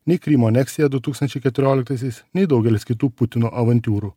nei krymo aneksija du tūkstančiai keturioliktais nei daugelis kitų putino avantiūrų